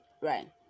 right